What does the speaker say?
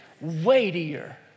weightier